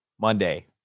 Monday